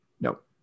nope